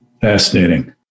Fascinating